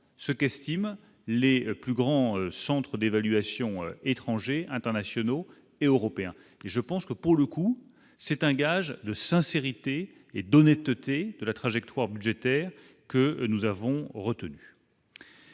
ce qu'estiment les plus grands centres d'évaluation étrangers internationaux et européens, je pense que pour le coup, c'est un gage de sincérité et d'honnêteté de la trajectoire budgétaire que nous avons retenus.